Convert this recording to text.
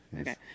Okay